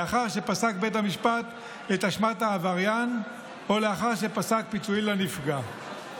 לאחר שפסק בית המשפט את אשמת העבריין או לאחר שפסק פיצויים לנפגע.